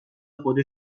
خود